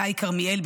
גיא כרמיאל,